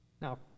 Now